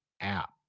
app